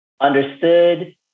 understood